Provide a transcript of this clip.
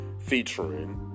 featuring